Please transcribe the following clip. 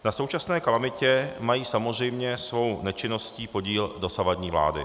Na současné kalamitě mají samozřejmě svou nečinností podíl dosavadní vlády.